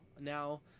now